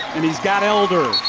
and he's got elder.